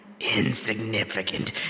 insignificant